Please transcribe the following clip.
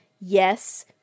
Yes